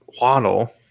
Waddle